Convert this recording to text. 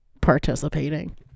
participating